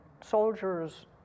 soldiers